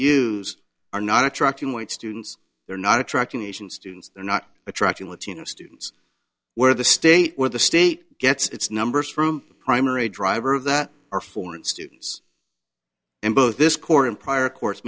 are not attracting white students they're not attracting asian students they're not attracting latino students where the state where the state gets its numbers from primary driver of that are foreign students and both this quarter and prior course